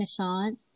Nishant